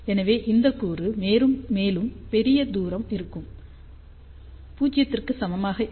எனவே இந்த கூறு மேலும் பெரிய தூரம் இருக்கும் 0 க்கு சமமாக இருக்க வேண்டும்